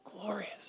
glorious